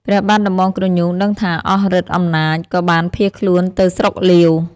ព្រះបាទដំបងក្រញូងដឹងថាអស់ឫទ្ធិអំណាច ក៏បានភៀសខ្លួនទៅស្រុកលាវ ។